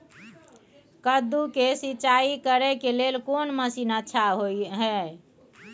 कद्दू के सिंचाई करे के लेल कोन मसीन अच्छा होय है?